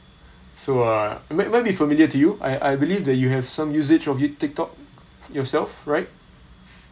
so uh when did familiar to you I I believe that you have some usage of you tik tok yourself right